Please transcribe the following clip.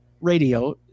radio